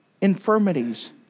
infirmities